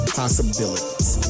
possibilities